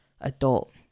adult